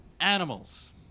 Animals